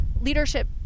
leadership